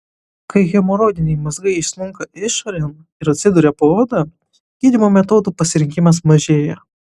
kai hemoroidiniai mazgai išsmunka išorėn ir atsiduria po oda gydymo metodų pasirinkimas mažėja